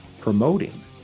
promoting